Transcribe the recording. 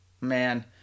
Man